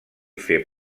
fer